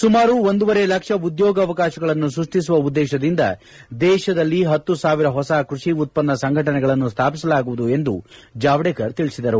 ಸುಮಾರು ಒಂದುವರೆ ಲಕ್ಷ ಉದ್ಯೋಗ ಅವಕಾಶಗಳನ್ನು ಸೃಷ್ಷಿಸುವ ಉದ್ದೇಶದಿಂದ ದೇಶದಲ್ಲಿ ಹತ್ತು ಸಾವಿರ ಹೊಸ ಕೃಷಿ ಉತ್ಪನ್ನ ಸಂಘಟನೆಗಳನ್ನು ಸ್ಟಾಪಿಸಲಾಗುವುದು ಎಂದು ಜಾವಡೇಕರ್ ತಿಳಿಸಿದರು